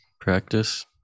Practice